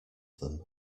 them